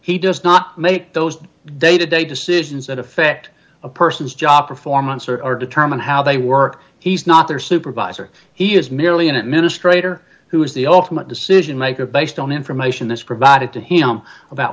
he does not make those day to day decisions that affect a person's job performance or or determine how they work he's not their supervisor he is merely an administrator who is the ultimate decision maker based on information that's provided to him about